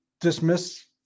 dismiss